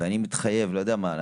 ואני מתחייב לא יודע מה,